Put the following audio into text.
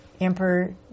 Emperor